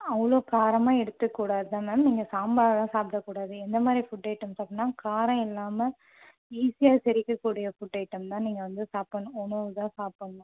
அவ்வளோ காரமாக எடுத்துக்கக்கூடாது தான் மேம் நீங்கள் சாம்பாரெலாம் சாப்பிடக்கூடாது எந்தமாதிரி ஃபுட் ஐட்டம்ஸ் சாப்பிட்ணுன்னா காரம் இல்லாமல் ஈஸியாக செரிக்கக்கூடிய ஃபுட் ஐட்டம் தான் நீங்கள் வந்து சாப்பிட்ணும் உணவு தான் சாப்பிட்ணும்